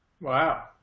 Wow